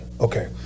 okay